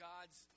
God's